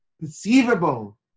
perceivable